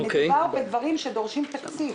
מדובר בדברים שדורשים תקציב.